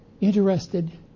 interested